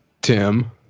Tim